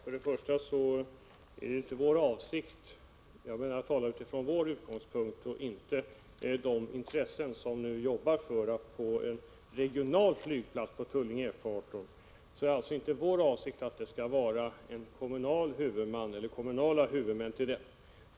Herr talman! Jag har talat från vår utgångspunkt, inte för de intressen som nu jobbar för att få en reguljär flygplats på F 18 i Tullinge. Vår avsikt är inte att det skall vara kommunala huvudmän.